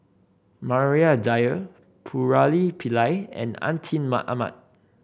Maria Dyer Murali Pillai and Atin Amat